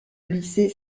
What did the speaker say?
lycée